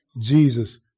Jesus